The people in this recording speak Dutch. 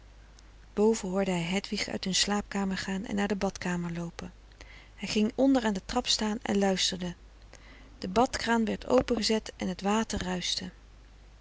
boven hoorde hij hedwig uit hun slaapkamer gaan en naar de badkamer loopen hij ging onder aan de trap staan en luisterde de badkraan werd opengezet en het water